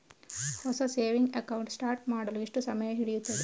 ಹೊಸ saving account start ಮಾಡಲು ಎಷ್ಟು ಸಮಯ ಹಿಡಿಯುತ್ತದೆ?